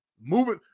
moving –